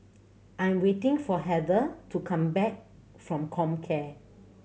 I'm waiting for Heather to come back from Comcare